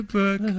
book